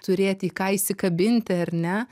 turėt į ką įsikabinti ar ne